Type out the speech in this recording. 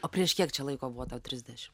o prieš kiek čia laiko buvo tau trisdešim